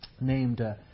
named